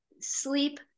sleep